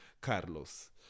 Carlos